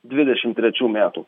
dvidešim trečių metų